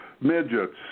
midgets